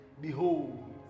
behold